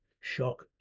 shock